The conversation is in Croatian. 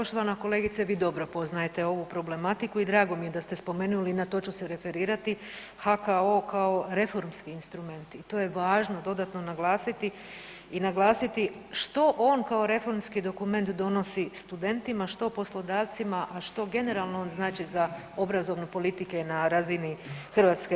Poštovane kolegice, vi dobro poznajete ovu problematiku i drago mi je da ste spomenuli i na to ću se referirati, HKO kao reformski instrument i to je važno dodatno naglasiti i naglasiti što on kao reformski dokument donosi studentima, što poslodavcima, a što on generalno on znači za obrazovne politike na razini Hrvatske.